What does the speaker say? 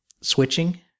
switching